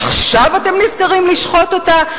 עכשיו אתם נזכרים לשחוט אותה?